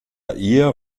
ihr